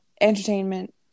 entertainment